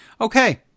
Okay